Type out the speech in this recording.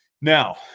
Now